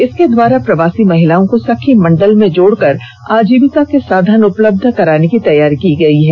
इसके द्वारा प्रवासी महिलाओं को सखी मंडल में जोड़ कर आजीविका के साधन उपलब्ध कराने की तैयारी की गई है